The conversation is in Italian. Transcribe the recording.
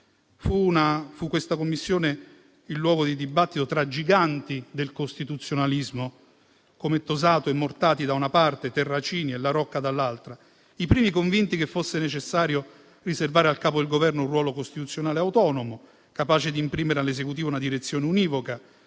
Questa Commissione fu il luogo di dibattito tra giganti del costituzionalismo, come Tosato e Mortati, da una parte, Terracini e La Rocca, dall'altra: i primi convinti che fosse necessario riservare al Capo del Governo un ruolo costituzionale autonomo, capace di imprimere all'esecutivo una direzione univoca,